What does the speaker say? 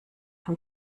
von